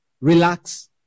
Relax